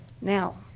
Now